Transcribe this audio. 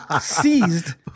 seized